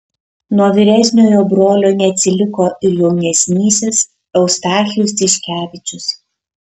nuo vyresniojo brolio neatsiliko ir jaunesnysis eustachijus tiškevičius